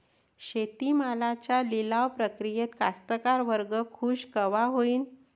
शेती मालाच्या लिलाव प्रक्रियेत कास्तकार वर्ग खूष कवा होईन?